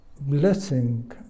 blessing